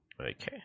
okay